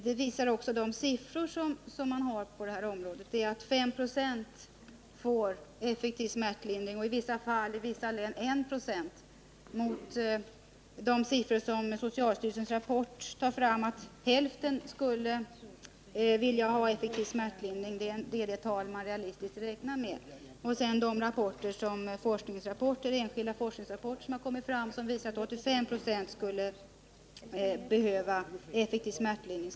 Detta visar också de siffror som finns på detta område. 5 2, får effektiv smärtlindring — i vissa län bara 1 96. Enligt socialstyrelsens rapport vill hälften av kvinnorna ha effektiv smärtlindring. Det är det tal man realistiskt räknar med. Enskilda forskningsrapporter visar att 85 2, av kvinnorna behöver effektiv smärtlindring.